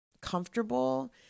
comfortable